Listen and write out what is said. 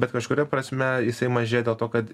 bet kažkuria prasme jisai mažėja dėl to kad